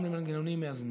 גם במנגנונים מאזנים.